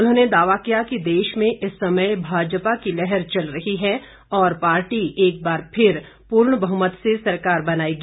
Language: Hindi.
उन्होंने दावा किया कि देश में इस समय भाजपा की लहर चल रही है और पार्टी एक बार फिर पूर्ण बहुमत से सरकार बनाएगी